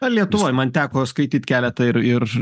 na lietuvoj man teko skaityt keletą ir ir